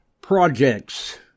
Projects